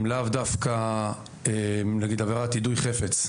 למשל, עבירת יידוי חפץ,